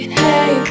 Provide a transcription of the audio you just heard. hey